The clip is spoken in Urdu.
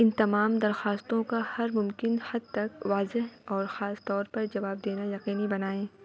ان تمام درخواستوں کا ہر ممکن حد تک واضح اور خاص طور پر جواب دینا یقینی بنائیں